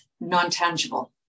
non-tangible